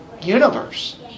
universe